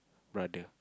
brother